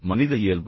மனித இயல்பு